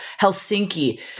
Helsinki